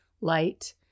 light